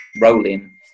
rolling